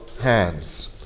hands